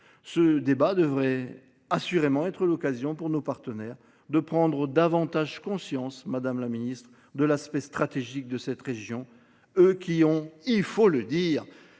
Ce débat devrait être l’occasion, pour nos partenaires, de prendre davantage conscience de l’aspect stratégique de cette région, eux qui ont, il faut le dire,